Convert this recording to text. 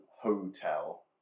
hotel